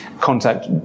contact